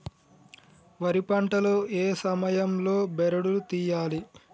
వరి పంట లో ఏ సమయం లో బెరడు లు తియ్యాలి?